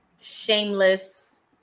shameless